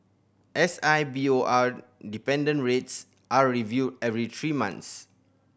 S I B O R dependent rates are reviewed every three months